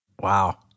Wow